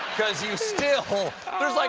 because you still there's, like,